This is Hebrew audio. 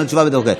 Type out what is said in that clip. נותן תשובה ויורד.